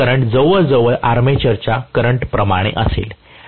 जे करंट जवळजवळ आर्मॅचरच्या करंट प्रमाणे असेल